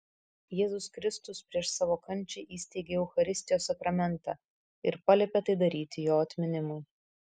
jėzus kristus prieš savo kančią įsteigė eucharistijos sakramentą ir paliepė tai daryti jo atminimui